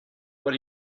what